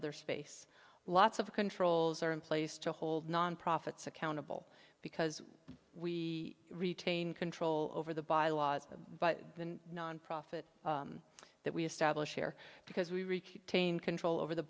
other space lots of controls are in place to hold nonprofits accountable because we retain control over the bylaws by the nonprofit that we establish here because we wreak tain control over the